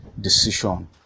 decision